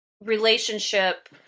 relationship